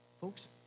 Folks